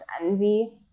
envy